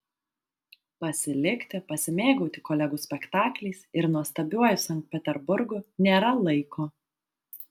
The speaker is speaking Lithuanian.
pasilikti pasimėgauti kolegų spektakliais ir nuostabiuoju sankt peterburgu nėra laiko